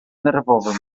nerwowym